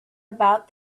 about